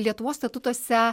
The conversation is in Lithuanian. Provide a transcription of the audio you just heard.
lietuvos statutuose